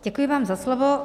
Děkuji vám za slovo.